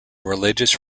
religious